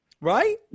Right